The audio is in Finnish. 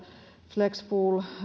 flexifuel